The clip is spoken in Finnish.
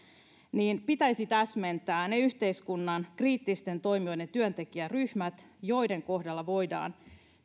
pitäisi täsmentää ne yhteiskunnan kriittisten toimijoiden työntekijäryhmät joiden kohdalla voidaan